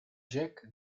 jack